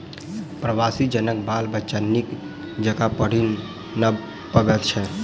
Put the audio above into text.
प्रवासी जनक बाल बच्चा नीक जकाँ पढ़ि नै पबैत छै